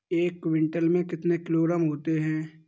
एक क्विंटल में कितने किलोग्राम होते हैं?